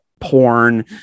porn